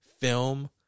film